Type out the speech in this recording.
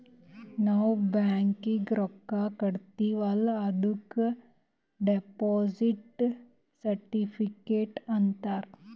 ನಾವ್ ಬ್ಯಾಂಕ್ಗ ರೊಕ್ಕಾ ಕಟ್ಟಿರ್ತಿವಿ ಅಲ್ಲ ಅದುಕ್ ಡೆಪೋಸಿಟ್ ಸರ್ಟಿಫಿಕೇಟ್ ಅಂತಾರ್